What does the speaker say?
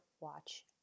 Watch